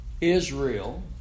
Israel